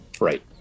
Right